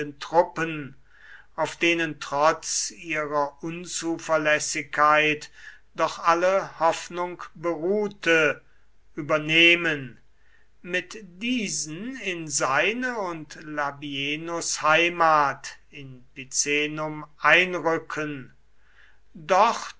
truppen auf denen trotz ihrer unzuverlässigkeit doch alle hoffnung beruhte übernehmen mit diesen in seine und labienus heimat in picenum einrücken dort